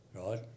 right